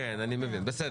אלכס,